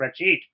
spreadsheet